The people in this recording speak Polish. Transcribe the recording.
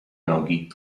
nogi